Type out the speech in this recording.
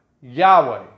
Yahweh